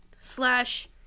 Slash